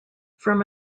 from